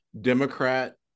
democrat